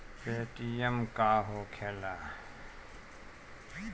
Paytm का होखेला?